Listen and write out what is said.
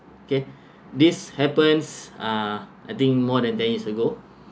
okay this happens uh I think more than ten years ago